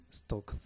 stock